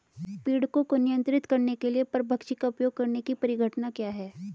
पीड़कों को नियंत्रित करने के लिए परभक्षी का उपयोग करने की परिघटना क्या है?